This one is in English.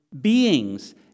beings